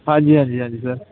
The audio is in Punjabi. ਹਾਂਜੀ ਹਾਂਜੀ ਹਾਂਜੀ ਸਰ